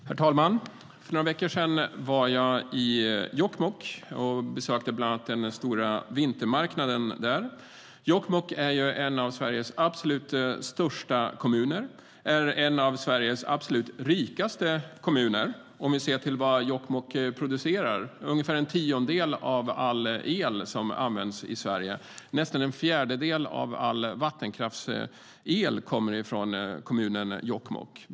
Herr talman! För några veckor sedan var jag i Jokkmokk och besökte bland annat den stora vintermarknaden där. Jokkmokk är en av Sveriges absolut största kommuner och också en av Sveriges absolut rikaste kommuner om vi ser till vad Jokkmokk producerar. Ungefär en tiondel av all el, nästan en fjärdedel av all vattenkraftsel, som används i Sverige kommer från kommunen Jokkmokk.